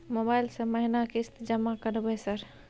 Mobile से महीना किस्त जमा करबै सर?